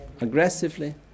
aggressively